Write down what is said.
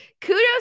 kudos